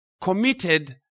committed